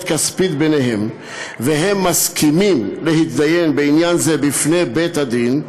כספית ביניהם והם מסכימים להתדיין בעניין זה בפני בית-הדין,